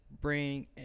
bring